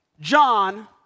John